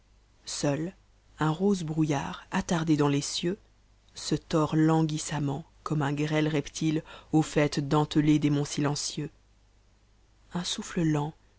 seul un rose brouillard attardé dans les cieux se tord languissamment comme un grêle reptile au fatte dentelé des monts silencieux un souffle lent